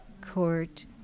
court